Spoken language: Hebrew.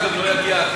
לחכות שגם הגז יגיע,